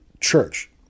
church